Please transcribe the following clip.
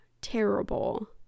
terrible